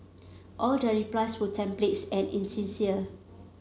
all their replies were templates and insincere